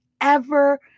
ever-